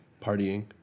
partying